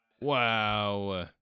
Wow